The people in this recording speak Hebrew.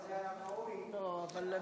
היה ראוי שיהיה שר.